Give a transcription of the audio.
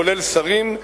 כולל שרים,